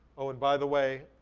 oh, and by the way,